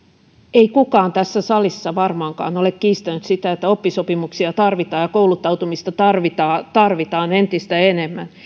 ei kukaan tässä salissa varmaankaan ole kiistänyt sitä että oppisopimuksia tarvitaan ja kouluttautumista tarvitaan tarvitaan entistä enemmän